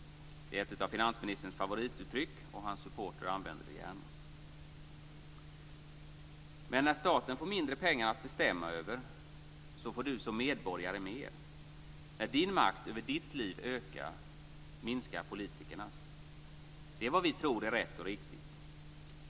Det är ett av finansministerns favorituttryck, och hans supportrar använder det gärna. Men när staten får mindre pengar att bestämma över får du som medborgare mer. När din makt över ditt liv ökar minskar politikernas. Det är vad vi tror är rätt och riktigt.